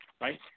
right